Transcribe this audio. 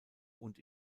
und